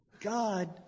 God